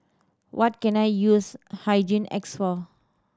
what can I use Hygin X for